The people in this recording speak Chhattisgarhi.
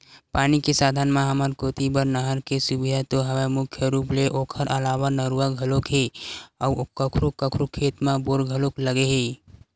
पानी के साधन म हमर कोती बर नहर के सुबिधा तो हवय मुख्य रुप ले ओखर अलावा नरूवा घलोक हे अउ कखरो कखरो खेत म बोर घलोक लगे हे